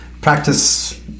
Practice